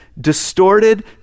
distorted